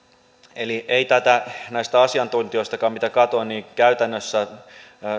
eli näistä asiantuntijoistakin mitä katsoin käytännössä